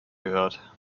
gehört